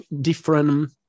different